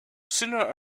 sooner